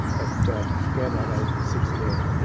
at the grand old age of sixteen,